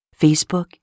Facebook